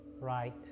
right